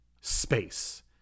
space